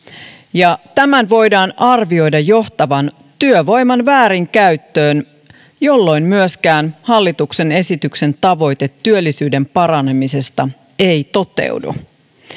tämän voidaan arvioida johtavan työvoiman väärinkäyttöön jolloin myöskään hallituksen esityksen tavoite työllisyyden paranemisesta ei toteudu